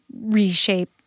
reshape